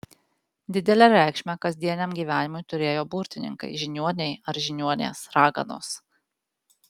didelę reikšmę kasdieniam gyvenimui turėjo burtininkai žiniuoniai ar žiniuonės raganos